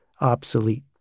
obsolete